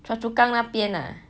choa chu kang 那边 lah